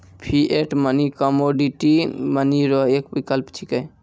fiat money commodity money रो एक विकल्प छिकै